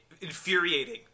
Infuriating